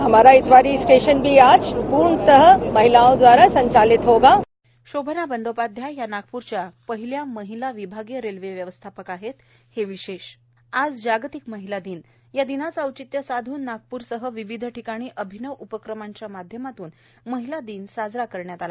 हमारा इतवारी स्वेशन भी आज पूर्णता महिलाओं द्वारा संचालित होगा शोभना बंडोपाध्याय या नागपूरच्या पहिल्या महिला विभागीय रेल्वे व्यवस्थापक आहेत हे विशेष आज जागतिक महिला दिन या दिनाचे औचित्य साधून नागपूरसह विविध ठिकाणी अभिनव उपक्रमांच्या माध्यमातून महिला दिन साजरा केला